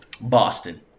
Boston